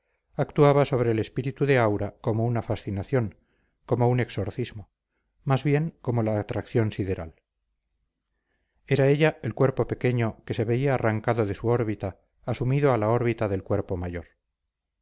actuaba sobre el espíritu de aura como una fascinación como un exorcismo más bien como la atracción sideral era ella el cuerpo pequeño que se veía arrancado de su órbita asumido a la órbita del cuerpo mayor